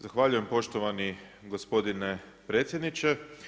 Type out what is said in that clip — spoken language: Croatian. Zahvaljujem poštovani gospodine predsjedniče.